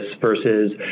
versus